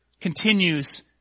continues